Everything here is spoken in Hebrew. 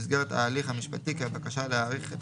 במסגרת ההליך המשפטי כי הבקשה להאריך את